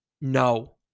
No